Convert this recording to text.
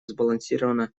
сбалансировано